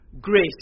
grace